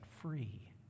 free